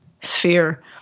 sphere